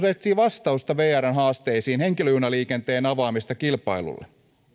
etsii vastausta vrn haasteisiin henkilöjunaliikenteen avaamisesta kilpailulle